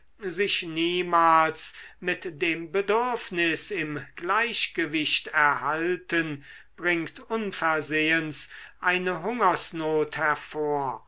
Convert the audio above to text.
sich niemals mit dem bedürfnis im gleichgewicht erhalten bringt unversehens eine hungersnot hervor